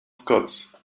scots